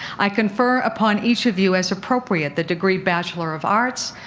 i confer upon each of you, as appropriate, the degree bachelor of arts,